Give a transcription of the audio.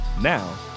Now